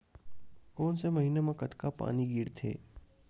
कोन से महीना म कतका पानी गिरथे?